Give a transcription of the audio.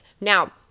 now